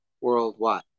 worldwide